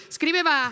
Scriveva